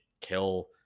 kill